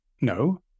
No